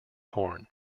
horn